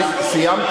אני, רצחו.